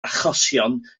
achosion